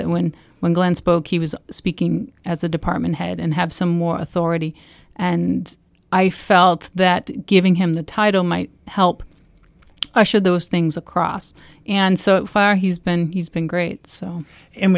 that when when glenn spoke he was speaking as a department head and have some more authority and i felt that giving him the title might help usher those things across and so far he's been he's been great so